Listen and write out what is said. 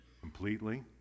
Completely